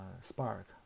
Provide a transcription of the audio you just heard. Spark